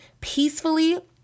peacefully